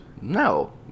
No